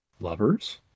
Lovers